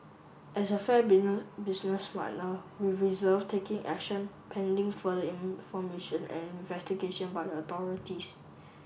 as a fair business partner we reserved taking action pending further information and investigation by authorities